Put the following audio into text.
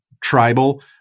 tribal